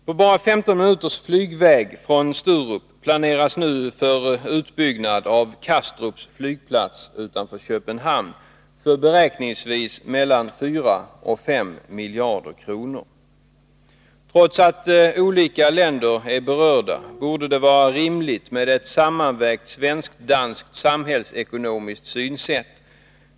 På bara 15 minuters flygväg från Sturup planeras nu för en utbyggnad av Kastrups flygplats utanför Köpenhamn för — beräkningsvis — mellan 4 och 5 miljarder kronor. Trots att olika länder är berörda, borde det vara rimligt med ett sammanvägt svensk-danskt samhällsekonomiskt synsätt.